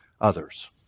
others